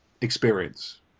experience